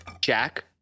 Jack